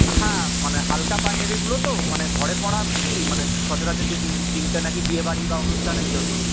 হ্যাঁ মানে হাল্কা পাঞ্জাবিগুলো তো মানে ঘরে পরার কি মানে সচরাচর যে দিন দিনটা নাকি বিয়েবাড়ি বা অনুষ্ঠানের জন্য